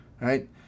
right